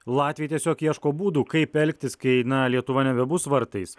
latviai tiesiog ieško būdų kaip elgtis kai na lietuva nebebus vartais